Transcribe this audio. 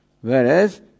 whereas